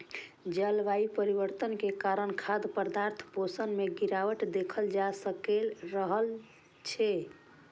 जलवायु परिवर्तन के कारण खाद्य पदार्थक पोषण मे गिरावट देखल जा रहल छै